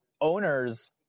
Owners